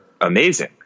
amazing